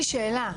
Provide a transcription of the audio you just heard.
אז יש לי שאלה,